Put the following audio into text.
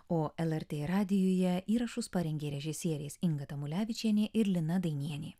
o lrt radijuje įrašus parengė režisierės inga tamulevičienė ir lina dainienė